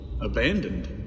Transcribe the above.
Abandoned